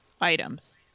items